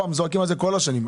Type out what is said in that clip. שזועקים על זה כל השנים.